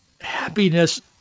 happiness